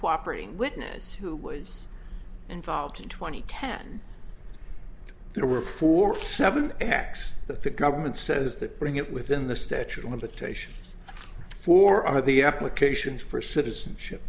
cooperation witness who was involved in twenty ten there were forty seven acts that the government says that bring it within the statute of limitations for are the applications for citizenship